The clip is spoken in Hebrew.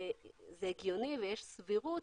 זה הגיוני ויש סבירות